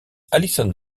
alison